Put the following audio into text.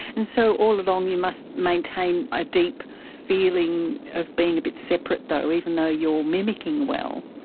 and so all along you must maintain a deep feeling of being a bit separate though, even though you are mimicking well.